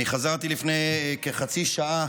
אני חזרתי לפני כחצי שעה